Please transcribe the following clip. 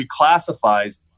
reclassifies